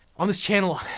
on this channel,